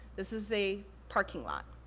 this is a parking lot.